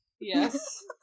Yes